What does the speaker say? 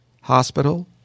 hospital